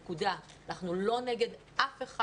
אנחנו לא נגד אף אחד.